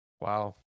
Wow